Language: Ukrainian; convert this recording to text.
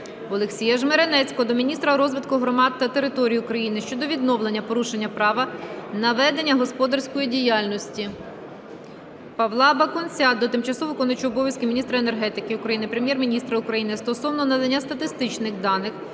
Олексія Жмеренецького до міністра розвитку громад та територій України щодо відновлення порушеного права на ведення господарської діяльності. Павла Бакунця до тимчасово виконуючого обов'язки міністра енергетики України, Прем'єр-міністра України стосовно надання статистичних даних